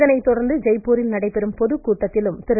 இதனைத்தொடர்ந்து ஜெய்ப்பூரில் நடைபெறும் பொதுக்கூட்டத்திலும் திரு